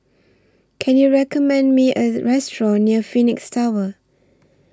Can YOU recommend Me A Restaurant near Phoenix Tower